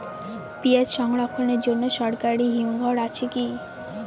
পিয়াজ সংরক্ষণের জন্য সরকারি হিমঘর আছে কি?